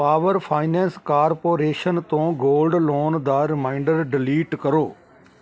power finance corporation ਤੋਂ gold loan ਦਾ reminder delete ਕਰੋ